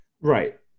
Right